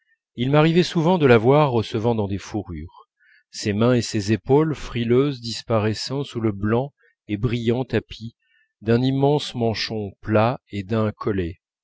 il m'arrivait souvent de la voir recevant dans des fourrures ses mains et ses épaules frileuses disparaissant sous le blanc et brillant tapis d'un immense manchon plat et d'un collet